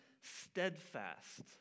steadfast